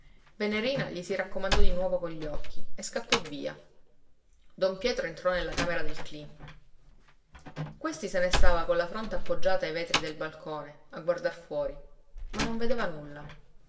venerina gli si raccomandò di nuovo con gli occhi e scappò via don pietro entrò nella camera del cleen questi se ne stava con la fronte appoggiata ai vetri del balcone a guardar fuori ma non vedeva nulla